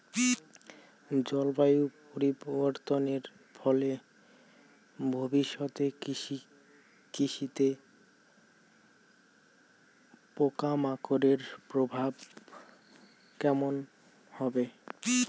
জলবায়ু পরিবর্তনের ফলে ভবিষ্যতে কৃষিতে পোকামাকড়ের প্রভাব কেমন হবে?